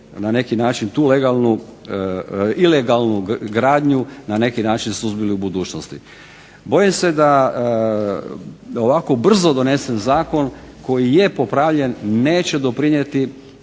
na neki način tu ilegalnu gradnju na neki način suzbili u budućnosti. Bojim se da ovako brzo donesen zakon koji je popravljen neće doprinijeti